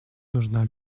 нужна